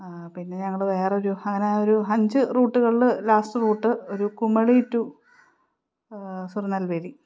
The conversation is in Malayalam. പിന്നെ ഞങ്ങള് വേറെയൊരു അങ്ങനെ ഒരു അഞ്ച് റൂട്ടുകളില് ലാസ്റ്റ് റൂട്ട് ഒരു കുമിളി ടു സുറനൽവേരി